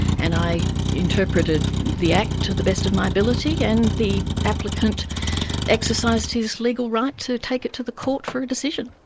and i interpreted the act to the best of my ability and the applicant exercised his legal right to take it to the court for a decision.